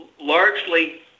largely